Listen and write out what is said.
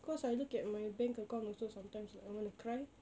cause I look at my bank account also sometimes like I want to cry